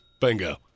Bingo